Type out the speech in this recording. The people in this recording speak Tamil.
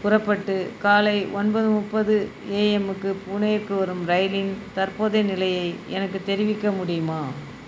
புறப்பட்டு காலை ஒன்பது முப்பது ஏஎம்முக்கு புனேவுக்கு வரும் ரயிலின் தற்போதைய நிலையை எனக்குத் தெரிவிக்க முடியுமா